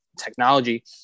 technology